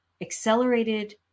accelerated